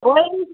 ওই